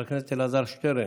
חבר הכנסת אלעזר שטרן,